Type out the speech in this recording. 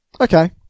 Okay